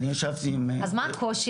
אז מה הקושי?